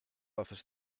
office